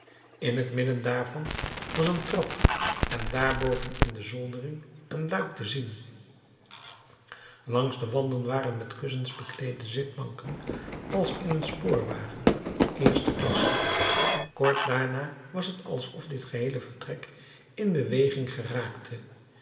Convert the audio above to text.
in het midden daarvan was een trap en daarboven in de zoldering een luik te zien langs de wanden waren met kussens bekleede zitbanken als in een spoorwagen eerste klasse kort daarna was het alsof dit geheele vertrek in beweging geraakte